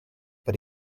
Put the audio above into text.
but